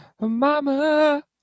Mama